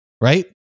right